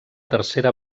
tercera